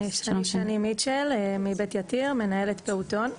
שני מיצ'ל מבית יתיר מנהלת פעוטון.